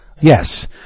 Yes